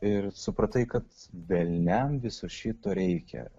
ir supratai kad velniam viso šito reikia